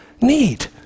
need